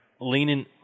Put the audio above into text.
leaning